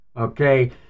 Okay